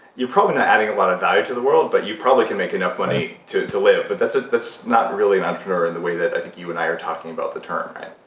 probably not adding a lot of value to the world, but you probably can make enough money to to live, but that's that's not really an entrepreneur in the way that i think you and i are talking about the term, right?